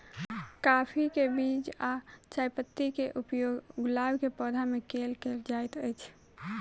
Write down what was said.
काफी केँ बीज आ चायपत्ती केँ उपयोग गुलाब केँ पौधा मे केल केल जाइत अछि?